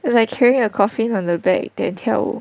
like carrying a coffin on the back then 跳舞